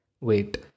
wait